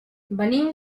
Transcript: venim